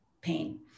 pain